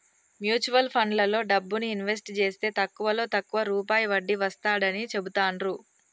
mutual ఫండ్లలో డబ్బుని invest జేస్తే తక్కువలో తక్కువ రూపాయి వడ్డీ వస్తాడని చెబుతాండ్రు